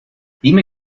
dime